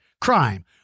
Crime